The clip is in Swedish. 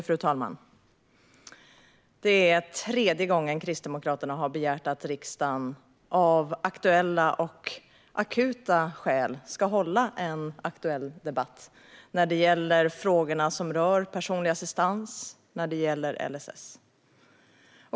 Fru talman! Det är tredje gången som Kristdemokraterna har begärt att riksdagen, av aktuella och akuta skäl, ska hålla en aktuell debatt när det gäller de frågor som rör personlig assistans och LSS.